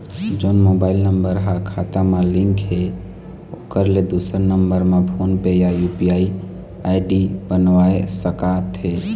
जोन mobile number हा खाता मा लिन्क हे ओकर ले दुसर नंबर मा फोन पे या यू.पी.आई आई.डी बनवाए सका थे?